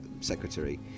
secretary